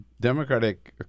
Democratic